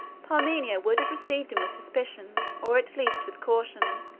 parmenio would have received him with suspicion, or at least with caution,